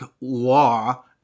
law